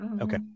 Okay